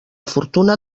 fortuna